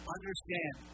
Understand